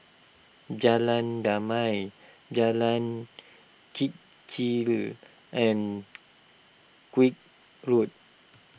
Jalan Damai Jalan Kechil and Koek Road